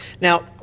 now